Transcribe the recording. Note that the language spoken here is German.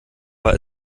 war